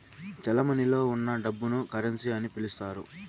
చెలమణిలో ఉన్న డబ్బును కరెన్సీ అని పిలుత్తారు